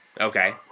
Okay